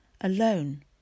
alone